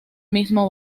mismo